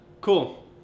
cool